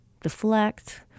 Deflect